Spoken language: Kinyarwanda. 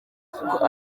kuko